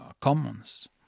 commons